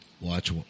Watch